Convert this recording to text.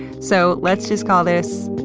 so let's just call this